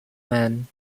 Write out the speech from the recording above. men